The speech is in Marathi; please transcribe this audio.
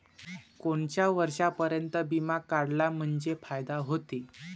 कोनच्या वर्षापर्यंत बिमा काढला म्हंजे फायदा व्हते?